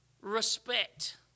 Respect